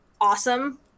Awesome